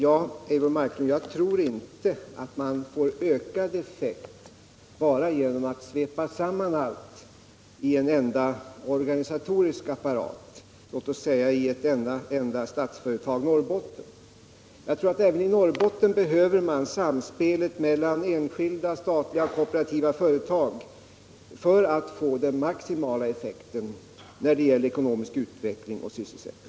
Herr talman! Jag tror inte, Eivor Marklund, att man får ökad effekt bara genom att svepa samman allt i en enda stor organisatorisk apparat, låt oss säga i ett enda Statsföretag i Norrbotten. Jag tror att man även i Norrbotten behöver samspelet mellan enskilda, statliga och kooperativa företag för att kunna uppnå maximal effekt när det gäller ekonomisk utveckling och sysselsättning.